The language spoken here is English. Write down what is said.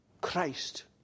Christ